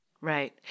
Right